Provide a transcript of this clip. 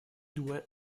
due